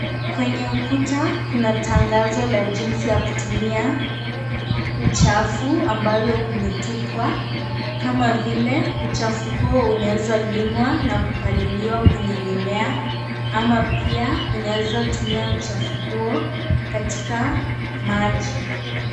Kwenye ukuta kuna tangazo la jinsi ya kutumia uchafu ambalo umetupwa kama vile uchafu huo unaweza limwa na kupaliliwa kwenye mimea ama pia unaweza tumia uchafu huo katika maji.